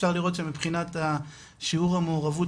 אפשר לראות שמבחינת שיעור המעורבות